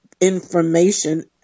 information